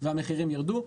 והמחירים יירדו.